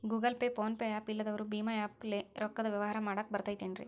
Google Pay, PhonePe app ಇಲ್ಲದವರು ಭೇಮಾ app ಲೇ ರೊಕ್ಕದ ವ್ಯವಹಾರ ಮಾಡಾಕ್ ಬರತೈತೇನ್ರೇ?